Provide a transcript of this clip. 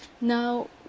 Now